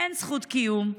אין זכות קיום.